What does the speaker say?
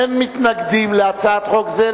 אין מתנגדים להצעת חוק זה,